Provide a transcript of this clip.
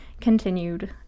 continued